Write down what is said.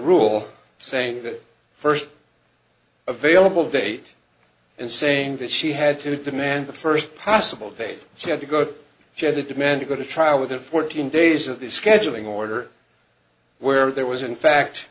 rule saying that first available date and saying that she had to demand the first possible date she had to go she had a demand to go to trial within fourteen days of the scheduling order where there was in fact